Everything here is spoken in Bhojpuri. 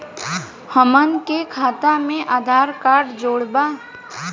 हमन के खाता मे आधार कार्ड जोड़ब?